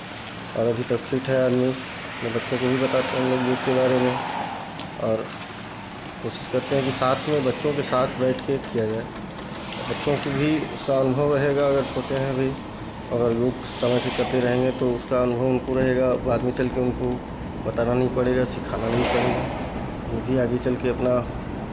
और अभी तक फिट है आदमी अपने बच्चों को भी बताते हैं हमलोग योग के बारे में और कोशिश करते हैं कि साथ में बच्चों के साथ बैठ के किया जाए अब बच्चों को भी उसका अनुभव रहेगा अगर छोटे हैं अभी अगर योग समय से करते रहेंगे तो उसका अनुभव उनको रहेगा बाद में चलके उनको बताना नहीं पड़ेगा सिखाना नहीं पड़ेगा वो भी आगे चलके अपना